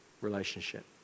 relationship